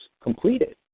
completed